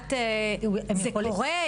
לקבלת טיפול, זה קורה?